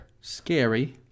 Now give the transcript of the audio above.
Scary